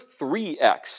3X